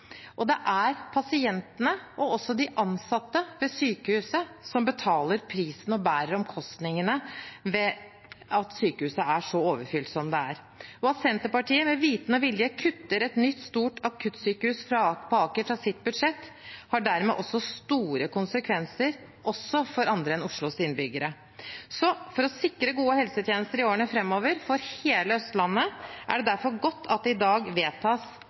Oslo. Det er pasientene og også de ansatte ved sykehuset som betaler prisen og bærer omkostningene, ved at sykehuset er så overfylt som det er. At Senterpartiet med vitende og vilje kutter et nytt stort akuttsykehus på Aker fra sitt budsjett, har dermed store konsekvenser også for andre enn Oslos innbyggere. For å sikre gode helsetjenester i årene framover for hele Østlandet er det derfor godt at det vedtas